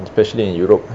especially in europe